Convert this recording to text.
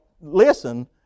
listen